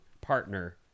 partner